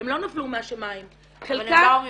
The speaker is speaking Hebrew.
לא נפלו מהשמיים -- אבל הם באו ממוסדות?